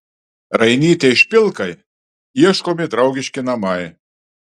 rainytei špilkai ieškomi draugiški namai